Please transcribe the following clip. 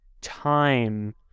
time